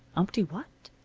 umpty-what?